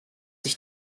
ich